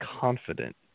confident